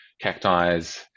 cacti's